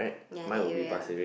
ya that area